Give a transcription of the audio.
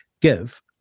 give